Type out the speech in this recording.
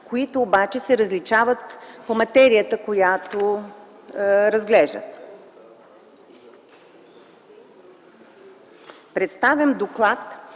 които обаче се различават по материята, която разглеждат.